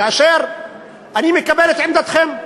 כאשר אני מקבל את עמדתכם.